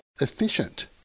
efficient